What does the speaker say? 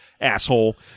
asshole